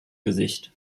gesicht